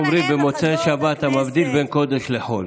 אצלנו אומרים במוצאי שבת: המבדיל בין קודש לחול.